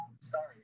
sorry